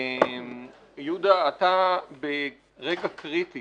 יהודה, אתה ברגע קריטי